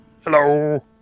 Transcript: Hello